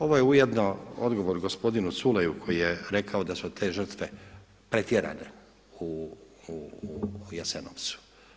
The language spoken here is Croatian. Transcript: Ovo je ujedno odgovor gospodinu Culeju koji je rekao da su te žrtve pretjerane u Jasenovcu.